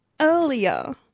Earlier